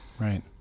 Right